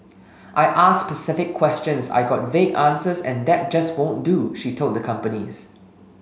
I asked specific questions I got vague answers and that just won't do she told the companies